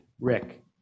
rick